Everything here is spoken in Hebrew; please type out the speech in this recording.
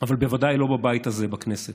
אבל בוודאי לא בבית הזה, בכנסת.